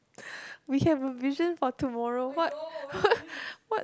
we have a vision for tomorrow what what what